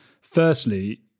firstly